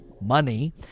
money